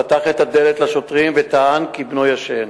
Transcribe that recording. פתח את הדלת לשוטרים וטען כי בנו ישן.